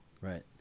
Right